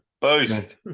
boost